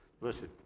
listen